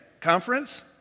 conference